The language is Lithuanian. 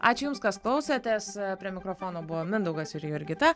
ačiū jums kas klausėtės prie mikrofono buvo mindaugas ir jurgita